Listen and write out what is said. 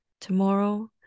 Tomorrow